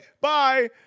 bye